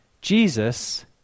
Jesus